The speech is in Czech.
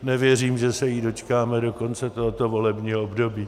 Nevěřím, že se jí dočkáme do konce tohoto volebního období.